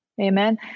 Amen